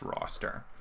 roster